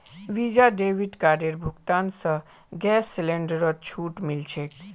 visa debit कार्डेर भुगतान स गैस सिलेंडरत छूट मिल छेक